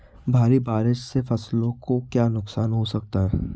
भारी बारिश से फसलों को क्या नुकसान हो सकता है?